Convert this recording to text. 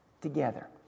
together